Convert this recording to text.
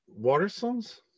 Waterstones